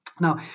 Now